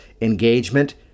engagement